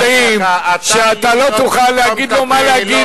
הרי אני ואתה יודעים שאתה לא תוכל להגיד לו מה להגיד,